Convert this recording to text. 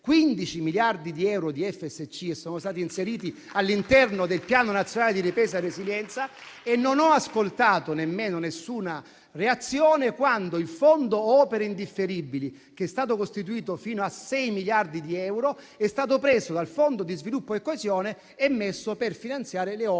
e la coesione e sono stati inseriti all'interno del Piano nazionale di ripresa di resilienza. E non ho ascoltato nemmeno alcuna reazione quando il Fondo opere indifferibili, che è stato costituito fino a sei miliardi di euro, è stato preso dal Fondo di sviluppo e coesione e messo per finanziare le opere dell'intero